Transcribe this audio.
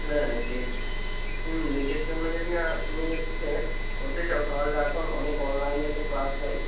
হ্যাঁ যে হুঁম নিটের জন্য যদি তুমি হচ্ছে পড়তে চাও তাহলে এখন অনেক অনলাইনে ক্লাস হয়